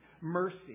mercy